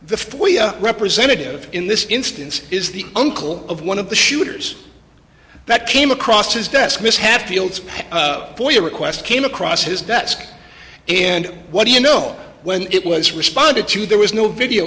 the four representative in this instance is the uncle of one of the shooters that came across his desk mishap fields for your request came across his desk and what do you know when it was responded to there was no video